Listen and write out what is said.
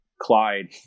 Clyde